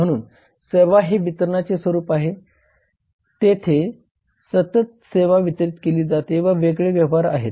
म्हणून सेवा हे वितरणाचे स्वरूप आहे आणि तेथे सतत सेवा वितरीत केली जाते व वेगळे व्यवहार आहेत